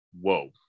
Whoa